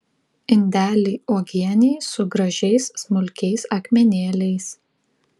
indelį uogienei su gražiais smulkiais akmenėliais